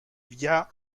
via